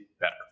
better